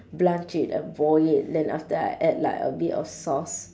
blanch it and boil it then after that I add like a bit of sauce